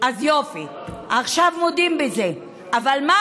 אז יופי, עכשיו מודים בזה.